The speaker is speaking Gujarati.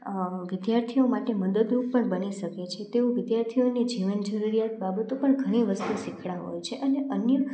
વિદ્યાર્થીઓ માટે મદદરૂપ પણ બની શકે છે તેઓ વિદ્યાર્થીઓ જીવન જરૂરિયાત બાબતો પર ઘણી વસ્તુ શીખવતાં હોય છે અને અન્ય